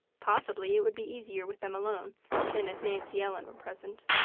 possibly it would be easier with them alone than if nancy ellen were present.